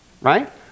Right